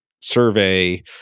survey